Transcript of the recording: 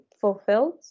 fulfilled